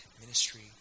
ministry